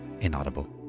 Inaudible